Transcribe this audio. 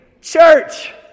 Church